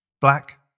Black